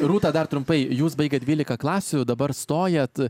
rūta dar trumpai jūs baigėt dvylika klasių dabar stojat